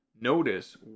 notice